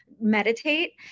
meditate